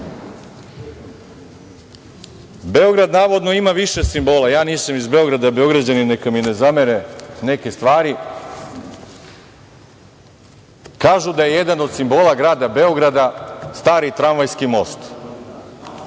Nostra. Beograd, navodno, ima više simbola. Ja nisam iz Beograda, Beograđani neka mi ne zamere neke stvari. Kažu da je jedan od simbola grada Beograda stari tramvajski most.